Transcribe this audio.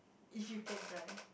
if you can drive